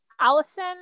Allison